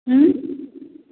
उँ